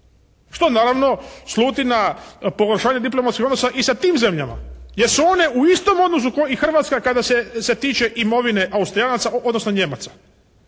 Što naravno sluti na pogoršanje diplomatskih odnosa i sa tim zemljama, jer su one u istom odnosu kao i Hrvatska kada se tiče imovine Austrijanaca, odnosno Nijemaca.